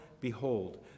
behold